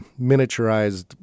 miniaturized